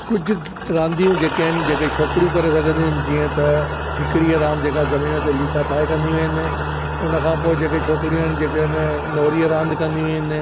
कुझु रांदियूं जेके आहिनि जेके छोकिरियूं करे सघंदियूं आहिनि जीअं त ठीकड़ीअ रांदि जेका ज़मीन ते लीका पाए कंदियूं आहिनि हुन खां पोइ जेके छोकिरियूं आहिनि जेके आहिनि नोड़ीअ रांदि कंदियूं आहिनि